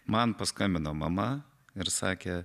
man paskambino mama ir sakė